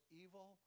evil